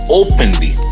openly